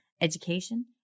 education